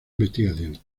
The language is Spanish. investigación